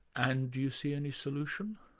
and do you see any solution?